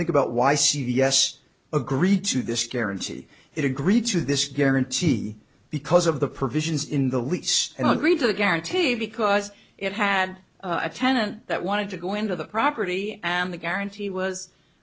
think about why c v s agreed to this guarantee it agreed to this guarantee because of the provisions in the lease and agreed to guarantee it because it had a tenant that wanted to go into the property and the guarantee was